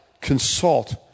consult